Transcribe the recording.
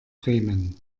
bremen